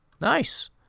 nice